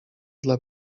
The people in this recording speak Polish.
dla